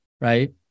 right